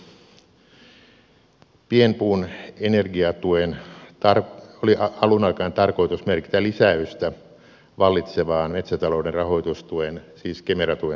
pienpuun energiatuen oli alun alkaen tarkoitus merkitä lisäystä vallitsevaan metsätalouden rahoitustuen siis kemera tuen tasoon